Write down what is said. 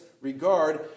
regard